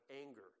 anger